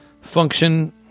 function